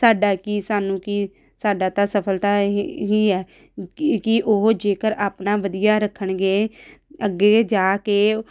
ਸਾਡਾ ਕੀ ਸਾਨੂੰ ਕੀ ਸਾਡਾ ਤਾਂ ਸਫਲਤਾ ਇਹ ਇਹੀ ਹੈ ਕਿ ਕਿ ਉਹ ਜੇਕਰ ਆਪਣਾ ਵਧੀਆ ਰੱਖਣਗੇ ਅੱਗੇ ਜਾ ਕੇ